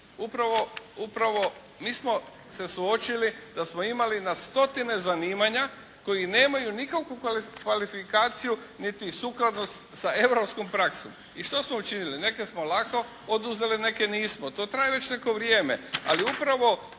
Upravo mi smo se suočili da smo imali na stotine zanimanja koji nemaju nikakvu kvalifikaciju niti sukladnost sa europskom praksom. I što smo učinili? Neke smo lako oduzeli, neke nismo. To traje već neko vrijeme,